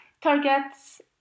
targets